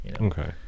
Okay